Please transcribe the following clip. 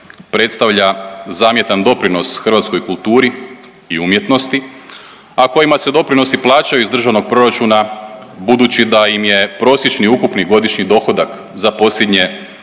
predstavlja zamjetan doprinos hrvatskoj kulturi i umjetnosti, a kojima se doprinosi plaćaju iz Državnog proračunu budući da im je prosječni ukupni godišnji dohodak za posljednje